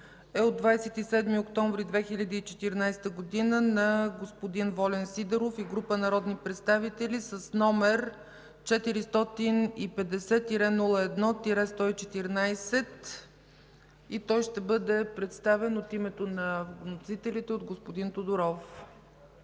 е от 27 октомври 2014 г. на господин Волен Сидеров и група народни представители с № 450-01-114. Той ще бъде представен от името на вносителите от господин Тодоров.